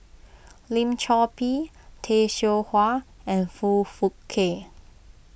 Lim Chor Pee Tay Seow Huah and Foong Fook Kay